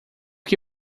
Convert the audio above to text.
que